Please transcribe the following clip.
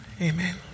Amen